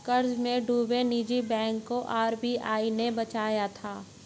कर्ज में डूबे निजी बैंक को आर.बी.आई ने बचाया था